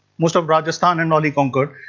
most of rajasthan and all he conquered.